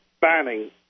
banning